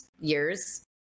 years